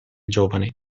giovane